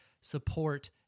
support